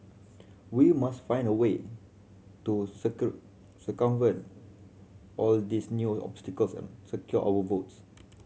we must find a way to circumvent all these new obstacles and secure our votes